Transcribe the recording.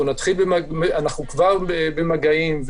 אנחנו כבר במגעים.